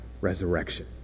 resurrection